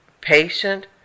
patient